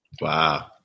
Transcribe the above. Wow